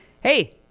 hey